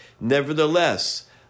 Nevertheless